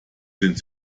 sind